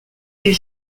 est